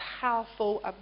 powerful